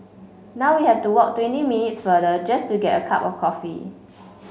now we have to walk twenty minutes farther just to get a cup of coffee